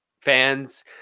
fans